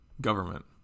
government